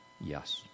Yes